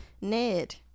Ned